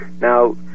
Now